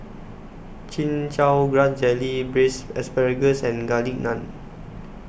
Chin Chow Grass Jelly Braised Asparagus and Garlic Naan